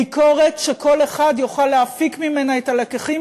ביקורת שכל אחד יוכל להפיק ממנה את הלקחים